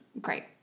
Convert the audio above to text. great